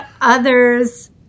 others